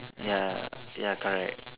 ya ya correct